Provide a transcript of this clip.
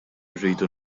rridu